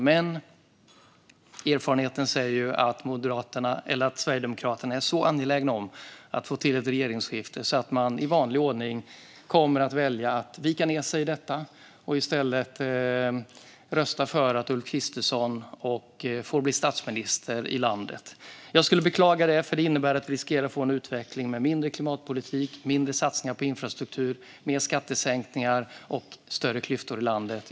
Men erfarenheten säger att Sverigedemokraterna är så angelägna om att få till ett regeringsskifte att de i vanlig ordning kommer att välja att vika ned sig i fråga om detta och i stället rösta för att Ulf Kristersson får bli statsminister i landet. Jag skulle beklaga det eftersom det innebär att vi riskerar att få en utveckling med mindre klimatpolitik, mindre satsningar på infrastruktur, mer skattesänkningar och större klyftor i landet.